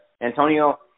Antonio